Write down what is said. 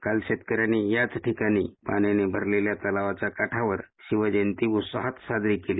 काल शेतकऱ्याने या ठिकाणी पाण्याने भरलेल्या तलावाच्या काठावर शिवजयंती उत्साहात साजरी केली